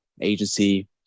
agency